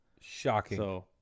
Shocking